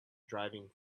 driving